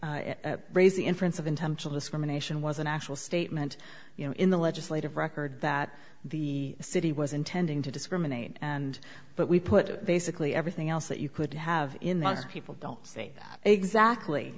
show raise the inference of intentional discrimination was an actual statement you know in the legislative record that the city was intending to discriminate and but we put a basically everything else that you could have in the us people don't see exactly